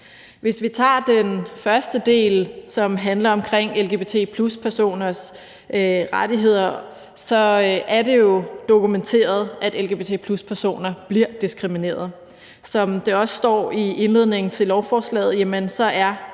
Hvis vi tager den første del, som handler om lgbt+-personers rettigheder, så er det jo dokumenteret, at lgbt+-personer bliver diskrimineret. Som det også står i indledningen til lovforslaget, er